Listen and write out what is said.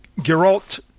Geralt